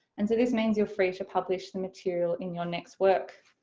and so this means you're free to publish the material in your next work.